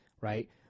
right